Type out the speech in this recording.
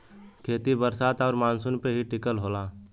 खेती बरसात आउर मानसून पे ही टिकल होला